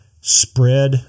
spread